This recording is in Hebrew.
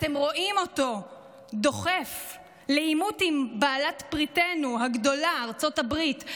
אתם רואים אותו דוחף לעימות עם בעלת בריתנו הגדולה ארצות הברית.